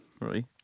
Right